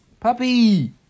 Puppy